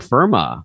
Firma